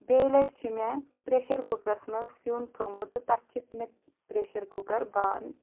بیٚیہِ لٹہِ چھ مے پرٛیشَر کُکرَس منٛز سِیُن تھومُت تہٕ تَتھ چھِ مے پرٛیشَر کُکَر بنٛد